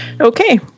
Okay